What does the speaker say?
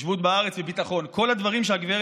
התיישבות בארץ וביטחון, כל הדברים שגב'